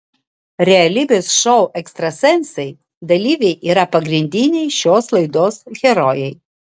realybės šou ekstrasensai dalyviai yra pagrindiniai šios laidos herojai